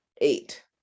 eight